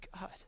God